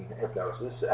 hypnosis